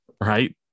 Right